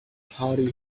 party